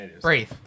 breathe